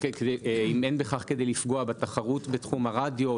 אם אין בכך כדי לפגוע בתחרות בתחום הרדיו,